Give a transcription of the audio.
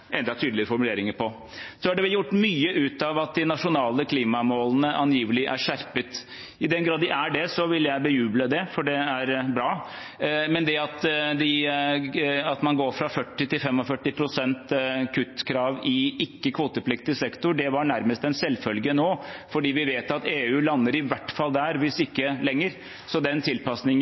enda tydeligere formuleringer på. Det er gjort mye ut av at de nasjonale klimamålene angivelig er skjerpet. I den grad de er det, ville jeg bejuble det, for det er bra, men det at man går fra 40 til 45 pst. kuttkrav i ikke-kvotepliktig sektor, var nærmest en selvfølge nå, fordi vi vet at EU lander i hvert fall der, hvis ikke lenger, så den tilpasningen